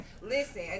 Listen